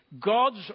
God's